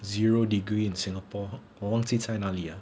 zero degree in singapore 我忘记在哪里啊